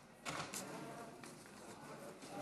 אתה